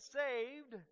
saved